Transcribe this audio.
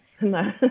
no